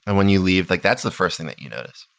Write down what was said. and when you leave, like that's the first thing that you notice.